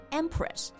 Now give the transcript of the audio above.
empress